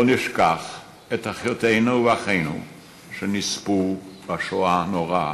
לא נשכח את אחיותינו ואחינו שנספו בשואה הנוראה.